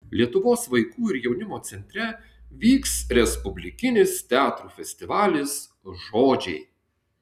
lietuvos vaikų ir jaunimo centre vyks respublikinis teatrų festivalis žodžiai